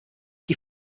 die